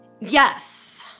Yes